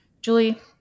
Julie